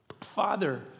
Father